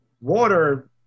water